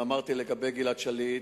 לגבי גלעד שליט,